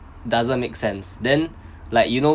doesn't make sense then like you know